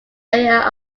area